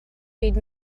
byd